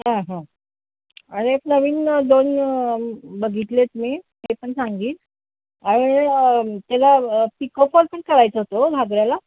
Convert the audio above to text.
आणि एक नवीन दोन बघितलेत मी ते पण सांगील आणि त्याला पिको फॉल पण करायचं होतं घागऱ्याला